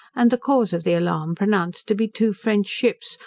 and the cause of the alarm pronounced to be two french ships,